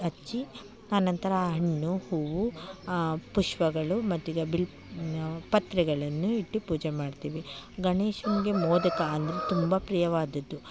ಹಚ್ಚಿ ಅನಂತರ ಹಣ್ಣು ಹೂವು ಪುಷ್ಪಗಳು ಮತ್ತಿದು ಬಿಲ್ವ ಪತ್ರೆಗಳನ್ನು ಇಟ್ಟು ಪೂಜೆ ಮಾಡ್ತೀವಿ ಗಣೇಶನಿಗೆ ಮೋದಕ ಅಂದರೆ ತುಂಬ ಪ್ರಿಯವಾದದ್ದು